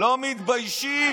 לא מתביישים?